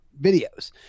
videos